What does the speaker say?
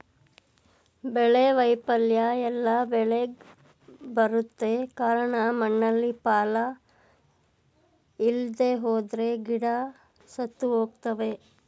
ಬೆಳೆ ವೈಫಲ್ಯ ಎಲ್ಲ ಬೆಳೆಗ್ ಬರುತ್ತೆ ಕಾರ್ಣ ಮಣ್ಣಲ್ಲಿ ಪಾಲ ಇಲ್ದೆಹೋದ್ರೆ ಗಿಡ ಸತ್ತುಹೋಗ್ತವೆ